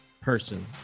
person